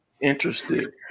interested